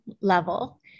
level